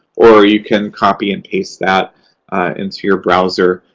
or you can copy and paste that into your browser.